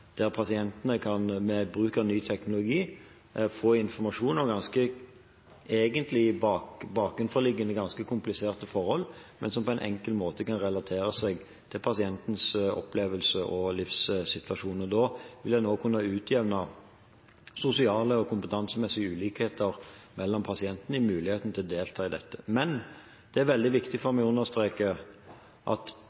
med bruk av ny teknologi kan få informasjon om egentlig bakenforliggende, ganske kompliserte forhold, men som på en enkel måte kan relatere seg til pasientens opplevelse og livssituasjon. En vil også kunne utjevne sosiale og kompetansemessige ulikheter mellom pasientene ved muligheten til å delta i dette. Men det er veldig viktig for